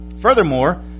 Furthermore